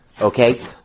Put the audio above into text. Okay